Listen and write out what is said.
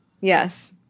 Yes